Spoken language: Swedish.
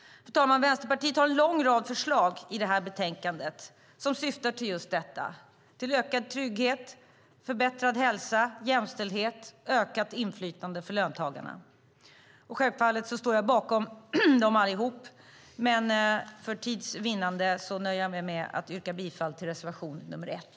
Fru talman! Vänsterpartiet har en lång rad förslag i det här betänkandet som syftar till just detta, till ökad trygghet, förbättrad hälsa, jämställdhet och ökat inflytande för löntagarna. Jag står självfallet bakom dem allihop, men för att vinna tid nöjer jag mig med att yrka bifall till reservation nr 1.